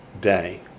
day